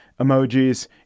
emojis